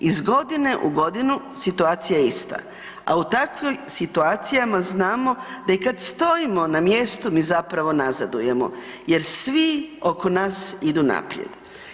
Iz godine u godinu situacija je ista, a u takvim situacijama znamo da i kada stojimo na mjestu mi zapravo nazadujemo jer svi oko nas idu naprijed.